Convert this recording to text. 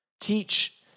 Teach